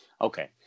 Okay